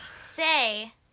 say